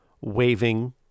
waving